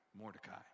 Mordecai